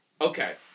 Okay